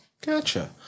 Gotcha